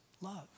love